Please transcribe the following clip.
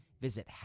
Visit